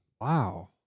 Wow